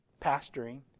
pastoring